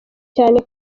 cyane